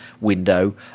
window